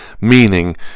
meaning